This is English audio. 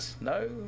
no